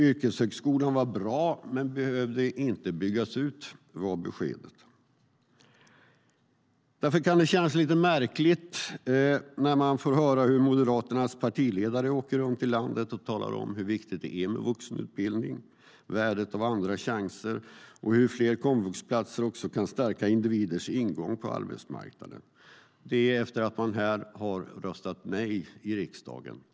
Yrkeshögskolan var bra men behövde inte byggas ut, var beskedet. Efter att man röstat nej i riksdagen till ytterligare platser känns det lite märkligt att få höra hur Moderaternas partiledare åker runt i landet och talar om hur viktigt det är med vuxenutbildning, om värdet av andra chanser och om hur fler komvuxplatser kan öppna fler ingångar till arbetsmarknaden för individer.